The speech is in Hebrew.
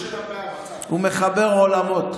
הוא מחבר עולמות.